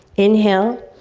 inhale.